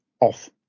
off